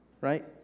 right